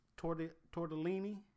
tortellini